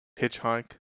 hitchhike